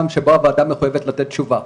שבו הוועדה מחויבת לתת תשובה.